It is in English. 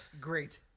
Great